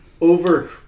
over